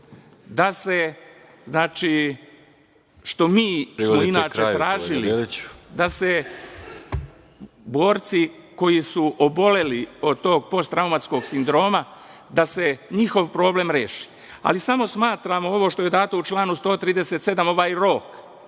daje mogućnost, što smo mi inače tražili, da se borci koji su oboleli od tog postraumatskog sindroma, da se njihov problem reši. Smatramo da je ovo što je dato u članu 137. ovaj rok,